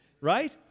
right